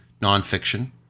nonfiction